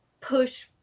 push